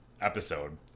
episode